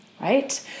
right